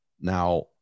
Now